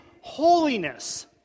holiness